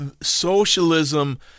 socialism